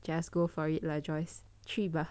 just go for it lah Joyce 去吧